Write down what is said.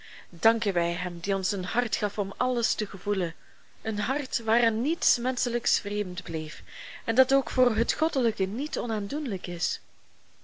danken wij hem die ons een hart gaf om alles te gevoelen een hart waaraan niets menschelijks vreemd bleef en dat ook voor het goddelijke niet onaandoenlijk is